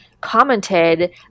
commented